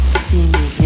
steamy